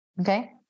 okay